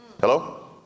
Hello